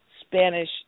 Spanish